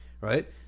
right